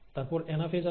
তারপর অ্যানাফেজ আসে